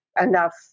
enough